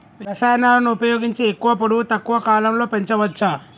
రసాయనాలను ఉపయోగించి ఎక్కువ పొడవు తక్కువ కాలంలో పెంచవచ్చా?